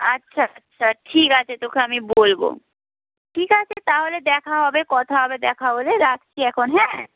আচ্ছা আচ্ছা ঠিক আছে তোকে আমি বলব ঠিক আছে তাহলে দেখা হবে কথা হবে দেখা হলে রাখছি এখন হ্যাঁ